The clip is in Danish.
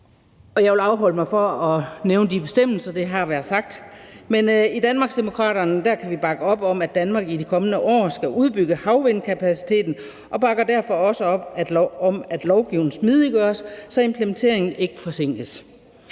Jeg vil afholde mig fra at nævne de bestemmelser – det har været sagt. Men i Danmarksdemokraterne kan vi bakke op om, at Danmark i de kommende år skal udbygge havvindskapaciteten, og vi bakker derfor også op om, at lovgivningen smidiggøres, så implementeringen ikke forsinkes.